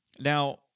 Now